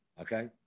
Okay